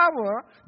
power